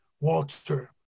Walter